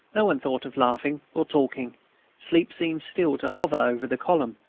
no one thought of laughing or talking sleep seemed still to hover over the column,